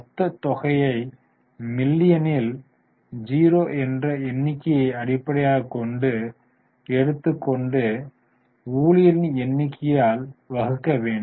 மொத்தத் தொகையை மில்லியனில் 000 என்ற எண்ணிக்கையை அடிப்படையாக எடுத்து கொண்டு ஊழியர்களின் எண்ணிக்கையால் வகுக்க வேண்டும்